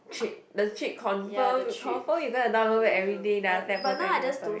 cheat the cheat confirm confirm you gonna download it everyday then after that post everything on story